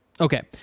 Okay